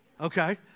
Okay